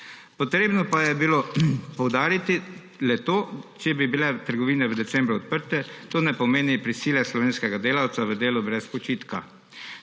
Treba pa je bilo poudariti le to, če bi bile trgovine v decembru odprte, to ne pomeni prisile slovenskega delavca v delo brez počitka.